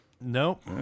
Nope